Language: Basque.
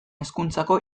hezkuntzako